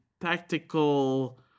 tactical